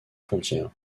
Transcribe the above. frontières